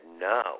no